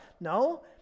No